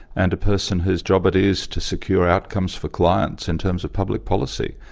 and a person whose job it is to secure outcomes for clients in terms of public policy.